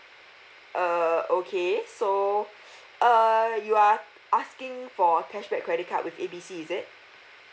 err okay so uh you are asking for cashback credit card with A B C is it